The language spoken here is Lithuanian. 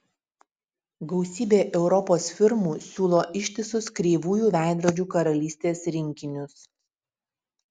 gausybė europos firmų siūlo ištisus kreivųjų veidrodžių karalystės rinkinius